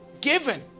given